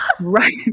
Right